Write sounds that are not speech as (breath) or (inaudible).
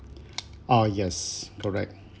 (breath) ah yes correct